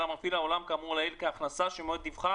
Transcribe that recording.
מפעיל האולם כאמור לעיל כהכנסה שמועד דיווחה